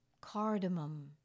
cardamom